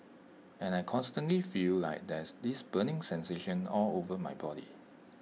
and I constantly feel like there's this burning sensation all over my body